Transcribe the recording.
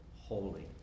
holy